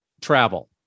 travel